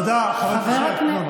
תודה, חבר הכנסת אשר.